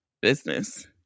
business